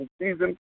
season